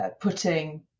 putting